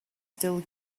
still